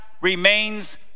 remains